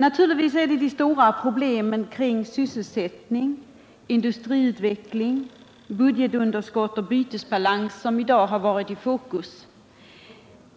Naturligtvis har de stora problemen kring sysselsättning, industriutveckling, budgetunderskott och bytesbalans i dag befunnit sig i fokus,